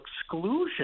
exclusion